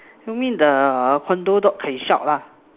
you mean the condo dog can shout lah